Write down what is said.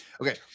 Okay